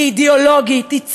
היא אידיאולוגית, היא ציונית,